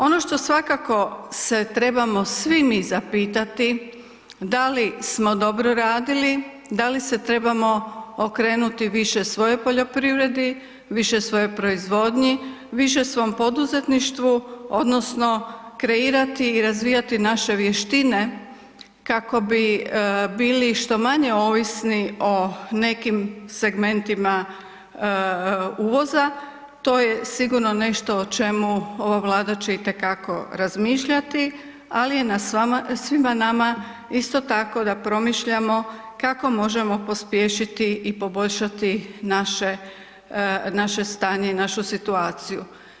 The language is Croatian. Ono što svakako se trebamo svi mi zapitati da li smo dobro radili, da li se trebamo okrenuti više svojoj poljoprivredi, više svojoj proizvodnji, više svom poduzetništvu odnosno kreirati i razvijati naše vještine kako bi bili što manje ovisni o nekim segmentima uvoza to je sigurno nešto o čemu će ova Vlada itekako razmišljati, ali je na svima nama isto tako da promišljamo kako možemo pospješiti i poboljšati naše, naše stanje i našu situaciju.